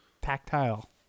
tactile